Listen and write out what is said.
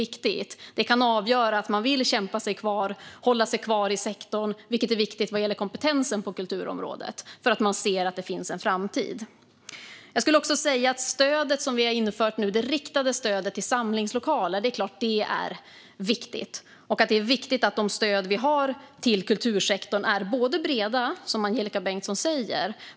Att man ser att det finns en framtid kan avgöra att man vill kämpa vidare och hålla sig kvar i sektorn, vilket är viktigt vad gäller kompetensen på kulturområdet. Jag ska också säga att stödet som vi har infört nu, det riktade stödet till samlingslokaler, såklart är viktigt. Vad gäller de stöd vi ger till kultursektorn är det viktigt att de är breda, som Angelika Bengtsson säger.